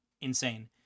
insane